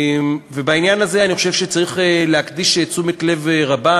בעניין הזה אני חושב שצריך להקדיש תשומת לב רבה.